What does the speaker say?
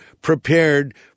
prepared